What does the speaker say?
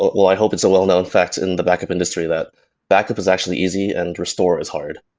well, i hope it's a well-known fact in the backup industry that backup is actually easy and restore is hard.